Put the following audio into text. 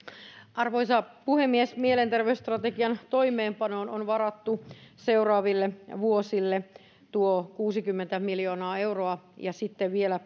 arvoisa puhemies mielenterveysstrategian toimeenpanoon on varattu seuraaville vuosille tuo kuusikymmentä miljoonaa euroa ja sitten vielä